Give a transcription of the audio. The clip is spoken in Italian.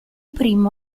primo